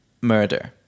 murder